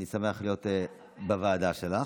אני שמח להיות בוועדה שלך.